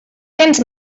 tens